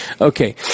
Okay